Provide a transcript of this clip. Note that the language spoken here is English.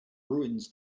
ruins